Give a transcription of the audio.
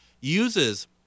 uses